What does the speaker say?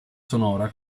sonora